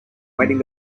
waiting